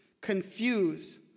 confuse